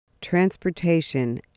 transportation